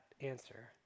answer